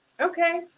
Okay